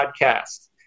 podcast